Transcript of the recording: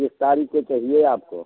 किस तारीख को चाहिए आपको